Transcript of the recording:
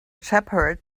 shepherd